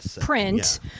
print